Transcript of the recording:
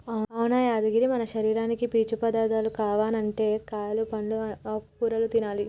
అవును యాదగిరి మన శరీరానికి పీచు పదార్థాలు కావనంటే కాయలు పండ్లు ఆకుకూరలు తినాలి